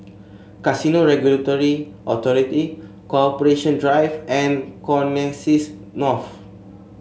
Casino Regulatory Authority Corporation Drive and Connexis North